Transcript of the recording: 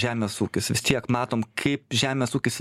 žemės ūkis vis tiek matom kaip žemės ūkis